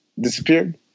disappeared